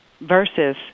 Versus